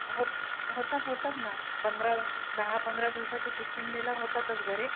होत होतात होतात ना पंधरा दहा पंधरा दिवसाची ट्रीटमेंट दिल्यावर होतातच बरे